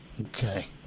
Okay